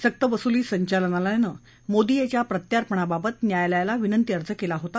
सक्तवसुती संचालनालयानं मोदी याच्या प्रत्यार्पणाबाबत न्यायालयाला विनंती अर्ज केला होता